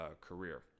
career